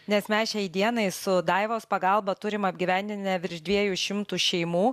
nes mes šiai dienai su daivos pagalba turim apgyvendinę virš dviejų šimtų šeimų